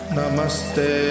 Namaste